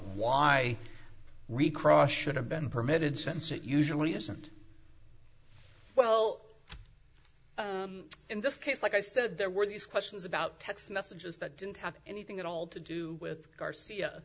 recross should have been permitted since it usually isn't well in this case like i said there were these questions about text messages that didn't have anything at all to do with garcia